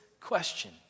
question